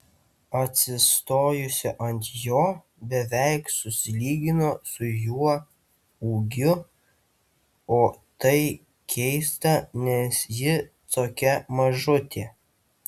atsistojusi ant jo beveik susilygino su juo ūgiu o tai keista nes ji tokia mažutė